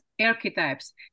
archetypes